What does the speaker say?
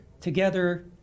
together